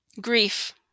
grief